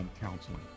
Counseling